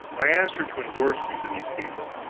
i asked her to indorse me to these people,